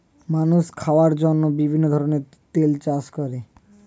মানুষ খাওয়ার জন্য বিভিন্ন ধরনের তেল চাষ করে